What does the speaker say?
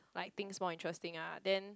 like things more interesting ah then